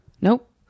Nope